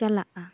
ᱪᱟᱞᱟᱜᱼᱟ